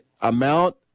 amount